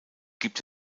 gibt